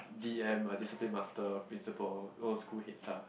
D_M a discipline master principal it was school heads ah